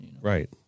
Right